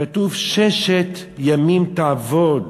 כתוב: "ששת ימים תעבד